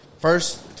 first